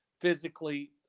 physically